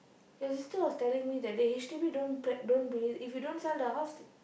your sister was telling me that day H_D_B don't don't if you don't sell the house